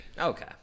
Okay